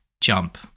jump